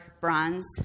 bronze